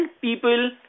people